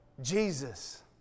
Jesus